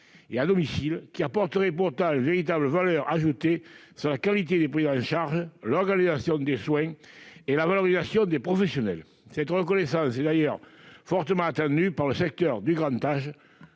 ou à domicile, alors qu'il apporterait une véritable valeur ajoutée sur la qualité des prises en charge, l'organisation des soins et la valorisation des professionnels. Cette reconnaissance est d'ailleurs fortement attendue par le secteur du grand âge,